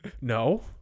no